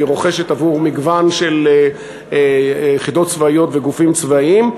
והיא רוכשת עבור מגוון של יחידות צבאיות וגופים צבאיים.